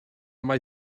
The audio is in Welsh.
mae